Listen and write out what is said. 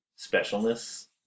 specialness